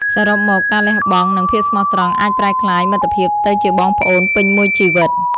សរុបមក ការលះបង់ និងភាពស្មោះត្រង់អាចប្រែក្លាយមិត្តភាពទៅជាបងប្អូនពេញមួយជីវិត។